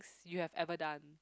you have ever done